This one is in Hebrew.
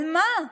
על מה?